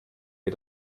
ihr